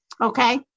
Okay